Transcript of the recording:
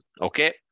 Okay